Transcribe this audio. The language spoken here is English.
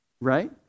right